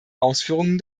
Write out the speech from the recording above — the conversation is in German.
ausführungen